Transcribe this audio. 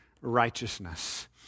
righteousness